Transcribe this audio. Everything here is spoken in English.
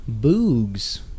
Boogs